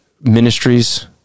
ministries